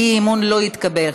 האי-אמון לא התקבל.